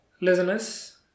Listeners